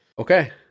Okay